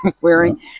wearing